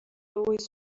always